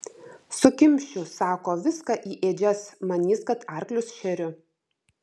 sukimšiu sako viską į ėdžias manys kad arklius šeriu